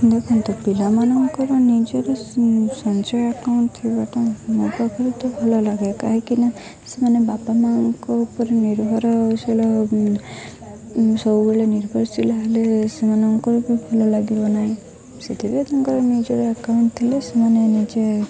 ଦେଖନ୍ତୁ ପିଲାମାନଙ୍କର ନିଜର ସଞ୍ଚୟ ଆକାଉଣ୍ଟ୍ ଥିବାଟା ମୋ ପାଖରେ ତ ଭଲ ଲାଗେ କାହିଁକି ନା ସେମାନେ ବାପା ମାଆଙ୍କ ଉପରେ ନିର୍ଭର ହଉଶୀଳ ସବୁବେଳେ ନିର୍ଭରଶୀଳ ହେଲେ ସେମାନଙ୍କର ବି ଭଲ ଲାଗିବ ନାହିଁ ସେଥିପାଇଁ ତାଙ୍କର ନିଜର ଆକାଉଣ୍ଟ୍ ଥିଲେ ସେମାନେ ନିଜେ